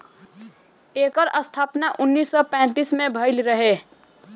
एकर स्थापना उन्नीस सौ पैंतीस में भइल रहे